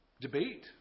debate